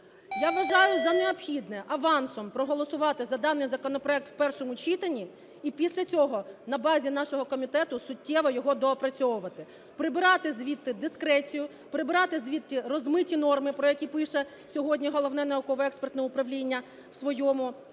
я вважаю за необхідне авансом проголосувати за даний законопроект в першому читанні, і після цього на базі нашого комітету суттєво його доопрацьовувати. Прибрати звідтидискрецію, прибрати звідти розмиті норми, про які пише сьогодні Головне науково-експертне управління в своєму висновку.